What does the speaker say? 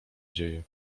dzieje